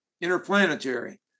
interplanetary